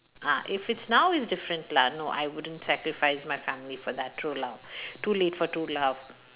ah if it's now it's different lah no I wouldn't sacrifice my family for that true love too late for true love